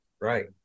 Right